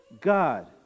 God